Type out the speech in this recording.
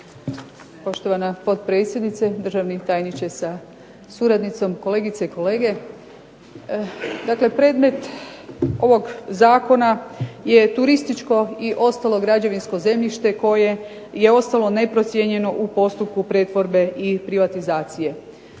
Poštovana potpredsjednice, državni tajniče sa suradnicom, kolegice i kolege. Dakle, predmet ovog zakona je turističko i ostalo građevinsko zemljište koje je ostalo neprocijenjeno u postupku pretvorbe i privatizacije.